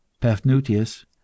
Paphnutius